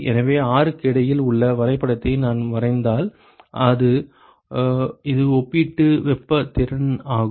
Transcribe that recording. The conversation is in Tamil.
எனவே R க்கு இடையில் உள்ள வரைபடத்தை நான் வரைந்தால் இது ஒப்பீட்டு வெப்பத் திறன் ஆகும்